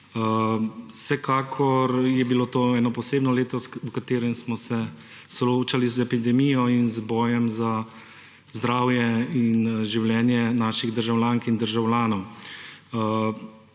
Vsekakor je bilo to eno posebno leto, v katerem smo se soočali z epidemijo in z bojem za zdravje in življenje naših državljank in državljanov.